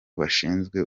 bashinzwe